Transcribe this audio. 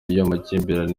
y’amakimbirane